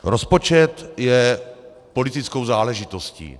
Rozpočet je politickou záležitostí.